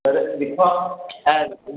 sir दिक्खो हां ऐ ते सेही